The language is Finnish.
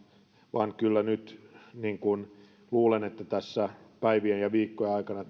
vaan kyllä nyt luulen että tässä päivien ja viikkojen aikana